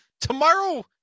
Tomorrow